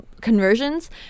conversions